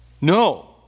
No